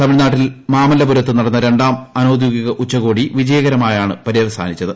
തമിഴ്നാട്ടിൽ മാമല്ലപുരത്ത് നടന്ന രണ്ടാം അനൌദ്യോഗിക ഉച്ചകോടി വിജയകരമായാണ് പര്യവസാനിച്ചത്